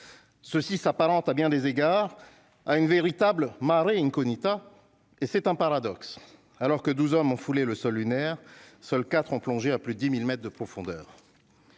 ceux-ci s'apparente à bien des égards à une véritable marée incognita et c'est un paradoxe alors que 12 hommes ont foulé le sol lunaire, seuls 4 ont plongé à plus 10000 mètres de profondeur.